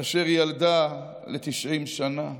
אשר ילדה לתשעים שנה /